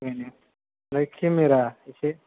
बेनो ओमफ्राय केमेरा एसे